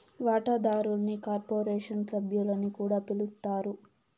వాటాదారుల్ని కార్పొరేషన్ సభ్యులని కూడా పిలస్తారు